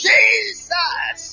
Jesus